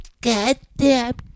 goddamn